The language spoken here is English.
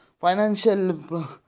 financial